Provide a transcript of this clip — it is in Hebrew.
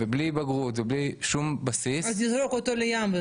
ובלי בגרות ובלי שום בסיס --- אז תזרוק אותו לים.